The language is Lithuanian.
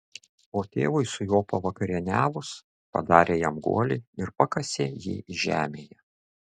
o tėvui su juo pavakarieniavus padarė jam guolį ir pakasė jį žemėje